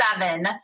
seven